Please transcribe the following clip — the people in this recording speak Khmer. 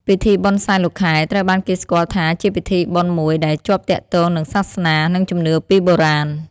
ពិធីបុណ្យសែនលោកខែ ត្រូវបានគេស្គាល់ថាជាពិធីបុណ្យមួយដែលជាប់ទាក់ទងនឹងសាសនា និងជំនឿពីបុរាណ។